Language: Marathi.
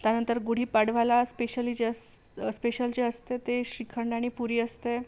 त्यानंतर गुढीपाडव्याला स्पेशली जे अस स्पेशल जे असतं ते श्रीखंड आणि पुरी असते